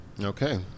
Okay